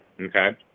Okay